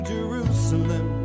Jerusalem